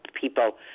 people